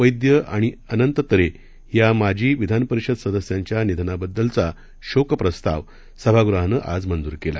वैद्य आणि अनंत तरे या माजी विधानपरिषद सदस्यांच्या निधनाबद्दलचा शोकप्रस्ताव सभागृहानं आज मंजूर केला